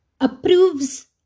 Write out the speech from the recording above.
approves